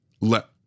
Let